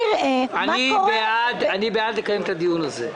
אני בעד לקיים את הדיון הזה.